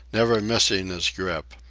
never missing his grip.